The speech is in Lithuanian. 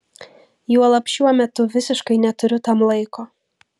juolab šiuo metu visiškai neturiu tam laiko